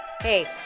Hey